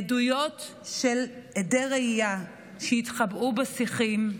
מעדויות של עדי ראייה שהתחבאו בשיחים,